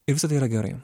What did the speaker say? ir visa tai yra gerai